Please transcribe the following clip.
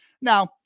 now